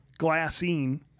glassine